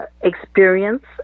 experience